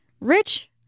Rich